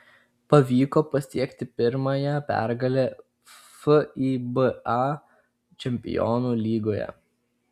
pavyko pasiekti pirmąją pergalę fiba čempionų lygoje